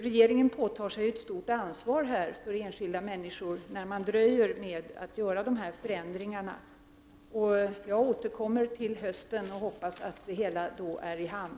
Regeringen påtar sig ett stort ansvar för enskilda människor när den dröjer med att göra dessa förändringar. Jag återkommer till denna fråga i höst och hoppas att det hela då är i hamn.